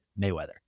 Mayweather